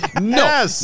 No